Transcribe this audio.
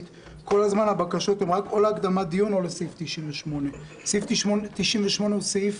כל הזמן הבקשות הן או להקדמת דיון או על סעיף 98. סעיף 98 הוא סעיף